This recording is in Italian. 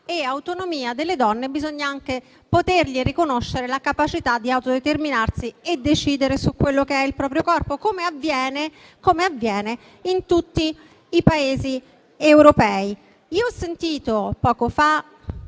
autonomia delle donne, bisogna anche poter riconoscere loro la capacità di autodeterminarsi e decidere su quello che è il proprio corpo, come avviene in tutti i Paesi europei. Poco fa